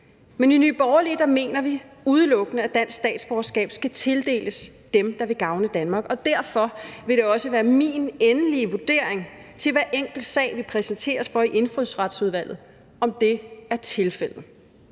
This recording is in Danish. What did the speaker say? Men i Nye Borgerlige mener vi, at dansk statsborgerskab udelukkende skal tildeles dem, der vil gavne Danmark, og derfor vil min endelige vurdering i forhold til hver enkelt sag, vi præsenteres for i Indfødsretsudvalget, også afhænge